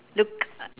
look